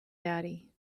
daddy